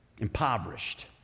impoverished